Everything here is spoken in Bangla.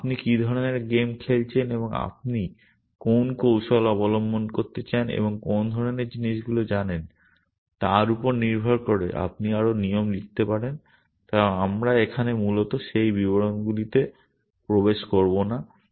এবং আপনি কী ধরনের গেম খেলছেন এবং আপনি কোন কৌশল অবলম্বন করতে চান এবং কোন ধরণের জিনিসগুলি জানেন তার উপর নির্ভর করে আপনি আরও নিয়ম লিখতে পারেন তবে আমরা এখানে মূলত সেই বিবরণগুলিতে প্রবেশ করব না